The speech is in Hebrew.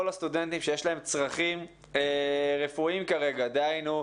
הסטודנטים שיש להם צרכים רפואיים כרגע - דהיינו,